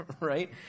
right